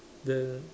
then